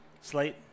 Slate